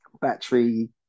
battery